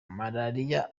malariya